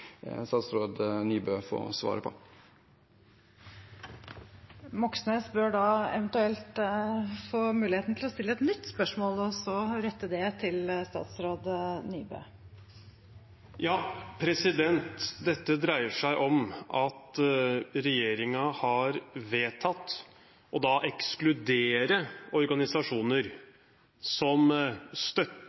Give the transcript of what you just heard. statsråd Nybø få svare på. Moxnes bør da eventuelt få muligheten til å stille et nytt oppfølgingsspørsmål, og rette det til statsråd Nybø. Dette dreier seg om at regjeringen har vedtatt å ekskludere organisasjoner som